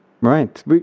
Right